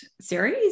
series